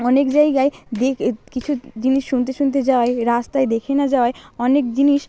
অনেক জায়গায় দিয়ে কিছু জিনিস শুনতে শুনতে যাওয়ায় রাস্তায় দেখে না যাওয়ায় অনেক জিনিস